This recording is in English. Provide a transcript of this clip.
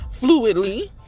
fluidly